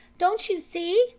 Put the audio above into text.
don't you see?